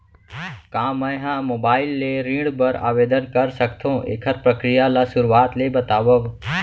का मैं ह मोबाइल ले ऋण बर आवेदन कर सकथो, एखर प्रक्रिया ला शुरुआत ले बतावव?